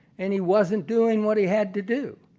and he wasn't doing what he had to do.